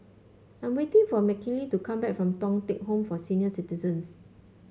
I'm waiting for Mckinley to come back from Thong Teck Home for Senior Citizens